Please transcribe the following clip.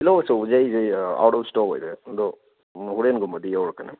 ꯇꯤꯜꯍꯧ ꯑꯆꯧꯕꯁꯦ ꯑꯩꯁꯦ ꯑꯥꯎꯠ ꯑꯣꯐ ꯏꯁꯇꯣꯛ ꯑꯣꯏꯔꯦ ꯑꯗꯣ ꯍꯣꯔꯦꯟꯒꯨꯝꯕꯗꯤ ꯌꯧꯔꯛꯀꯅꯤ